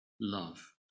love